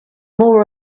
more